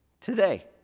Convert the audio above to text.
today